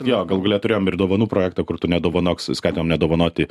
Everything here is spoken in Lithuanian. jo galų gale turėjom ir dovanų projektą kur tu nedovanok suskatinom nedovanoti